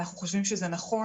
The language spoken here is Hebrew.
אנחנו חושבים שזה נכון.